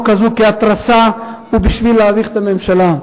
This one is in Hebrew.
הזאת כהתרסה ובשביל להביך את הממשלה.